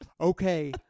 okay